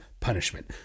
punishment